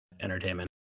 entertainment